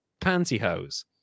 pantyhose